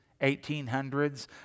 1800s